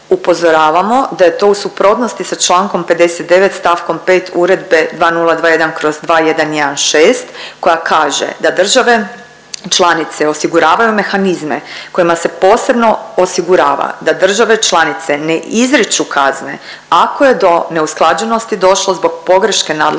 upozoravamo da je to u suprotnosti sa čl. 59. st. 5. Uredbe 2021/2116 koja kaže da: „Države članice osiguravaju mehanizme kojima se posebno osigurava da države članice ne izriču kazne ako je do neusklađenosti došlo zbog pogreške nadležnog